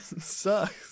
sucks